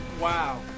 Wow